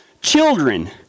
children